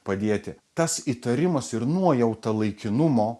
padėti tas įtarimas ir nuojauta laikinumo